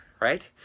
right